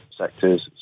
sectors